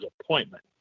appointment